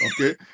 Okay